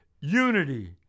unity